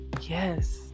Yes